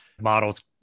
models